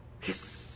Kiss